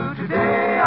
today